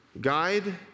Guide